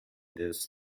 this